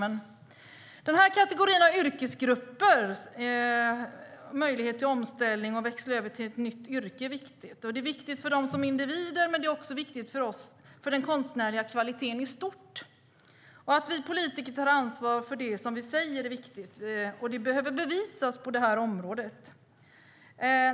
Den här yrkeskategorins möjlighet till omställning och att växla över till ett nytt yrke är viktigt. Det är viktigt för individen, men det är också viktigt för den konstnärliga kvaliteten i stort. Att vi politiker tar ansvar för det vi säger är viktigt, och det behöver bevisas på det här området.